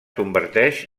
converteix